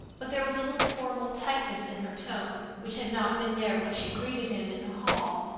but there was a little formal tightness in her tone which had not been there when she greeted him in the hall.